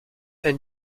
and